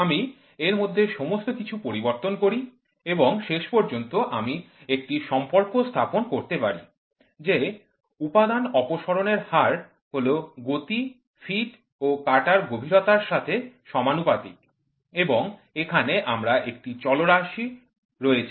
আমি এর মধ্যে সমস্ত কিছু পরিবর্তন করি এবং শেষ পর্যন্ত আমি একটি সম্পর্ক স্থাপন করতে পারি যে উপাদান অপসারণের হার হল গতি ফিড ও কাটার গভীরতা এর সাথে সমানুপাতিক এবং এখানে আমার এই চলরাশি গুলি রয়েছে